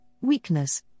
weakness